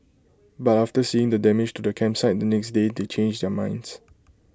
but after seeing the damage to the campsite the next day they changed their minds